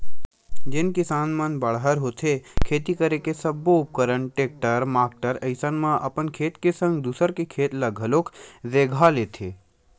जेन किसान मन बड़हर होथे खेती करे के सब्बो उपकरन होथे टेक्टर माक्टर अइसन म अपन खेत के संग दूसर के खेत ल घलोक रेगहा लेथे